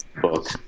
book